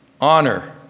honor